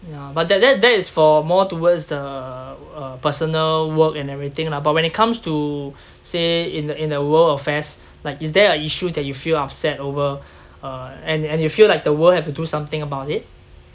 yeah but that that is for more towards the uh personal work and everything lah but when it comes to say in in uh world affairs like is there a issue that you feel upset over uh and and you feel like the world have to do something about it